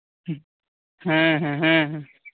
ᱦᱮᱸ ᱦᱮᱸ